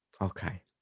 okay